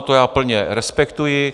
To já plně respektuji.